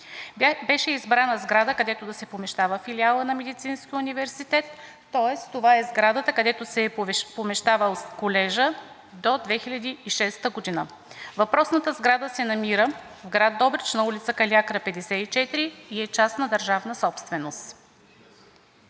Беше избрана сграда, където да се помещава филиалът на Медицинския университет, тоест това е сградата, където се е помещавал колежът до 2006 г. Въпросната сграда се намира в град Добрич, на ул. „Калиакра“ № 54 и е частна държавна собственост.